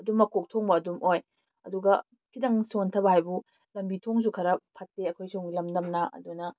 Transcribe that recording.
ꯑꯗꯨꯝ ꯃꯀꯣꯛ ꯊꯣꯡꯕ ꯑꯗꯨꯝ ꯑꯣꯏ ꯑꯗꯨꯒ ꯈꯤꯇꯪ ꯁꯣꯟꯊꯕ ꯍꯥꯏꯕꯨ ꯂꯝꯕꯤ ꯊꯣꯡꯁꯨ ꯈꯔ ꯐꯠꯇꯦ ꯑꯩꯈꯣꯏ ꯁꯣꯝꯒꯤ ꯂꯝꯗꯝꯅ ꯑꯗꯨꯅ